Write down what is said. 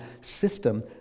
system